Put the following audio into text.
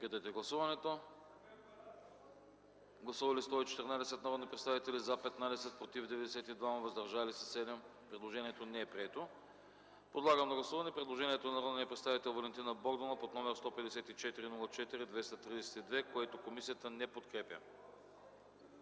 комисията не подкрепя. Гласували 114 народни представители: за 15, против 92, въздържали се 7. Предложението не е прието. Подлагам на гласуване предложението на народния представител Валентина Богданова под № 154-04-232, което комисията не подкрепя.